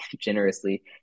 generously